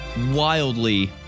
wildly